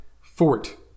fort